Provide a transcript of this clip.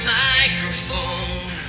microphone